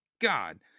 God